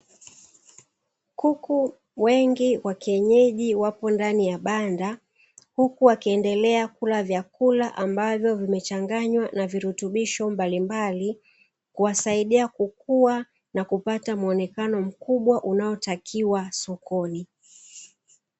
Kuku wengi wa kienyeji wapo ndani ya banda, huku wakiendelea kula vyakula ambavyo vimechanganywa na virutubisho mbalimbali kuwasaidia kukua na kupata mwonekano mkubwa unaotakiwa sokoni.